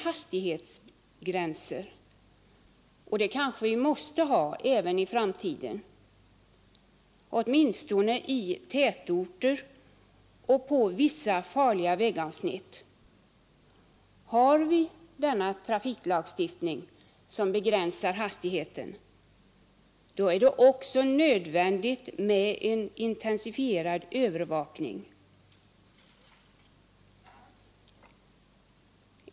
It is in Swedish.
Hastighetsgränser måste vi kanske ha även i framtiden, åtminstone i tätorter och på vissa farliga vägavsnitt, och har vi denna trafiklagstiftning som begränsar hastigheten, då är det nödvändigt med en intensifierad övervakning.